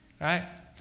Right